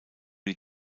die